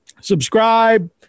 subscribe